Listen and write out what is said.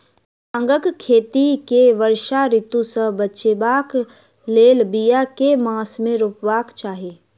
भांगक खेती केँ वर्षा ऋतु सऽ बचेबाक कऽ लेल, बिया केँ मास मे रोपबाक चाहि?